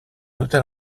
hôtel